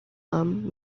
lam